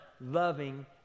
loving